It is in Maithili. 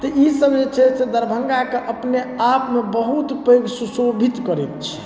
तऽ ई सब जे छै से दरभंगाके अपने आपमे बहुत पैघ सुशोभित करै छै